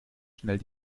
schnell